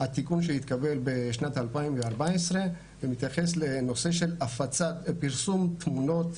התיקון שהתקבל בשנת 2014 ומתייחס לנושא של הפצה ופרסום תמונות,